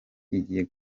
igiye